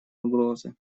угрозы